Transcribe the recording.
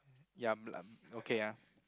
ya bl~ okay ah